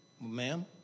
Ma'am